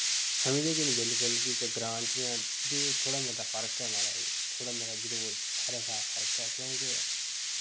समझदे कि नि बिलकुल बी ते ग्रांऽ च दूर थोह्ड़ा मता फर्क ऐ महाराज थोह्ड़ा मता जरूर शैह्रे शा फर्क ऐ क्योंकि